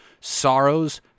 sorrows